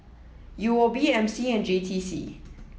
U O B M C and J T C